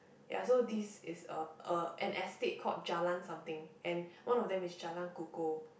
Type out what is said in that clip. ya so this is a a an estate called Jalan something and one of them is Jalan-Kukoh